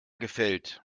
gefällt